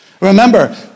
Remember